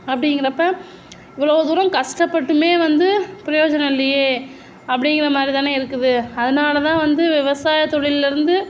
அப்படிங்கிறப்ப இவ்வளோ தூரம் கஷ்டப்பட்டுமே வந்து பிரயோஜனம் இல்லையே அப்படிங்கிற மாதிரி தானே இருக்குது அதனால தான் வந்து விவசாய தொழிலில் இருந்து